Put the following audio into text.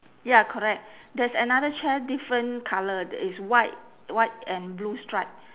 ya correct there's another chair different colour that is white white and blue stripe